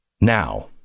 now